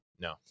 No